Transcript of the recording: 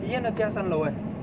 ian 的家三楼 leh